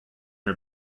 her